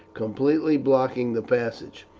completely blocking the passage.